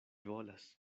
volas